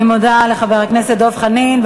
אני מודה לחבר הכנסת דב חנין.